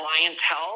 clientele